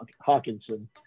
Hawkinson